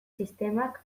sistemak